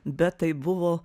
bet tai buvo